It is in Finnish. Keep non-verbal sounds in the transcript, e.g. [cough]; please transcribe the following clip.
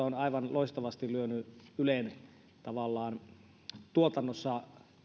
[unintelligible] on minusta aivan loistavasti lyönyt ylen tuotannossa läpi